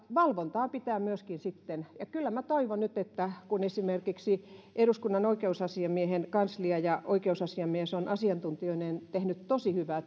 valvontaa pitää myöskin sitten olla ja kyllä minä toivon nyt että kun esimerkiksi eduskunnan oikeusasiamiehen kanslia ja oikeusasiamies on asiantuntijoineen tehnyt tosi hyvää